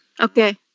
Okay